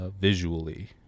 visually